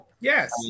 Yes